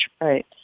right